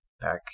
back